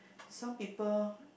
some people